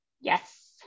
Yes